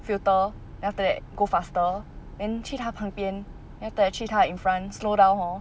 filter then after that go faster then 去他旁边 then after that 去他的 in front slow down hor